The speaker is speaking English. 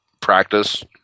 practice